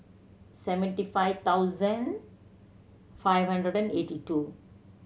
seventy five thousand five hundred and eighty two